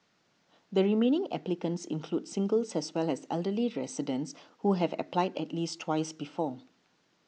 the remaining applicants include singles as well as elderly residents who have applied at least twice before